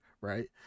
Right